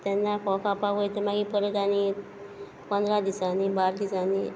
तेन्ना फोव खावपाक वयता माई परत आनी एक पंदरा दिसानी बार दिसानी